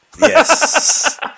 Yes